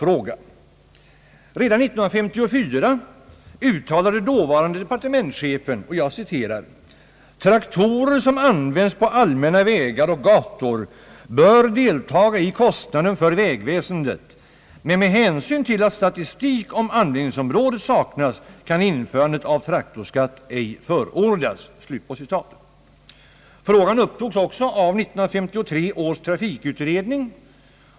Redan 1954 uttalade dåvarande departementschefen: » Traktorer som används på allmänna vägar och gator bör deltaga i kostnaden för vägväsendet, men med hänsyn till ait statistik om användningsområdet saknas kan införandet av traktorskatt ej förordas.» Frågan upptogs också av 1953 års trafikutredning.